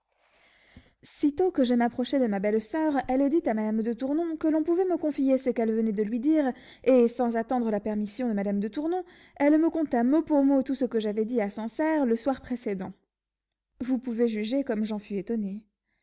sitôt que je m'approchai de ma belle-soeur elle dit à madame de tournon que l'on pouvait me confier ce qu'elle venait de lui dire et sans attendre la permission de madame de tournon elle me conta mot pour mot tout ce que j'avais dit à sancerre le soir précédent vous pouvez juger comme j'en fus étonné